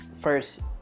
first